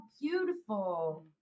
beautiful